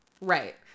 Right